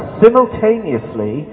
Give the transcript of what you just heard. simultaneously